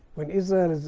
when israel